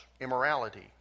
immorality